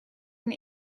than